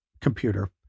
computer